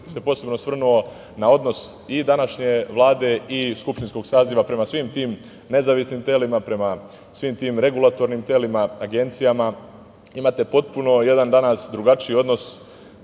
bih se posebno osvrnuo na odnos i današnje Vlade i skupštinskog saziva prema svim tim nezavisnim telima, prema svim tim regulatornim telima, agencijama. Imate potpuno danas jedan drugačiji odnos,